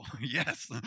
yes